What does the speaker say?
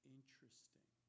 Interesting